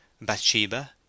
Bathsheba